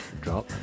Drop